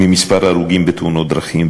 ממספר ההרוגים בתאונות דרכים,